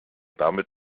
damit